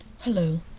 hello